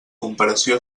comparació